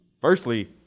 Firstly